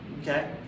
Okay